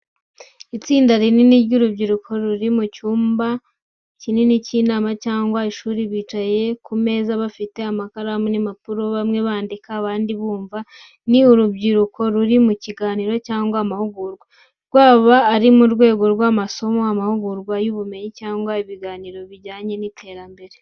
Itsinda rinini ry’urubyiruko, ruri mu cyumba kinini cy’inama cyangwa mu ishuri, bicaye ku meza bafite amakaramu n’impapuro, bamwe bandika, abandi bumva. Ni urubyiruko ruri mu kiganiro cyangwa amahugurwa. Rwaba ari mu rwego rw'amasomo, amahugurwa y’ubumenyi cyangwa ibiganiro bijyanye n’iterambere.